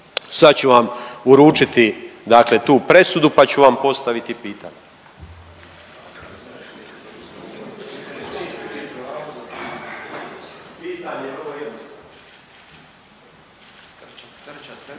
Sad ću vam uručiti dakle tu presudu, pa ću vam postaviti pitanje.